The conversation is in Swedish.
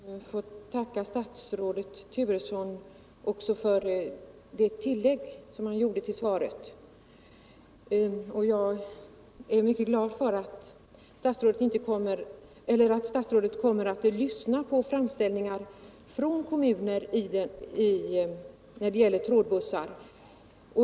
Herr talman! Jag får tacka statsrådet Turesson också för det tillägg som han gjorde till svaret. Jag är mycket glad för att statsrådet kommer att lyssna på och ta hänsyn till framställningar från kommuner när det gäller trådbussar.